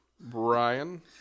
Brian